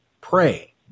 pray